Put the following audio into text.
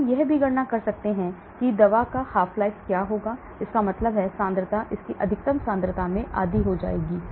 हम यह भी गणना कर सकते हैं कि दवा का half life क्या होगा इसका मतलब है कि सांद्रता इसकी अधिकतम सांद्रता में आधी हो जाती है